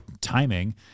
timing